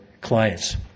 clients